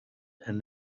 and